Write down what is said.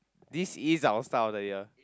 this is our start of the year